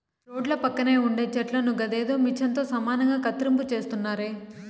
రోడ్ల పక్కన ఉండే చెట్లను గదేదో మిచన్ తో సమానంగా కత్తిరింపు చేస్తున్నారే